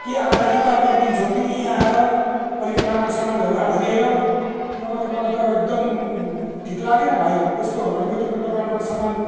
कि आएर रिपियर गरिदिन्छौ कि यहीँ आएर अलिक राम्रो सामानहरू हालिदिएर नभए त मलाई त एकदम ठिक लागेन भाइ यस्तो हो भने म त तिम्रो दोकानबाट सामान